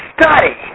Study